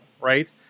right